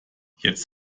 jetzt